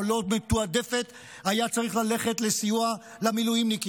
לא מתועדפת היה צריך ללכת לסיוע למילואימניקים,